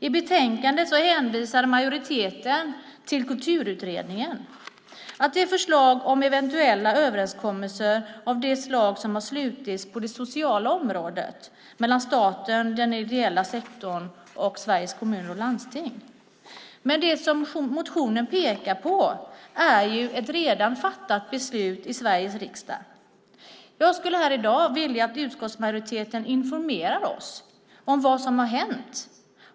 I betänkandet hänvisar majoriteten till Kulturutredningen och förslaget om eventuella överenskommelser av det slag som har slutits på det sociala området mellan staten, den ideella sektorn och Sveriges Kommuner och Landsting. Men det som motionen pekar på är ju ett beslut som redan har fattats i Sveriges riksdag. Jag skulle i dag vilja att utskottsmajoriteten informerar oss om vad som har hänt.